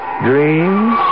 dreams